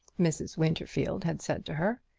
mrs. winterfield had said to her.